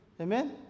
amen